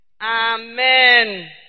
Amen